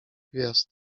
gwiazd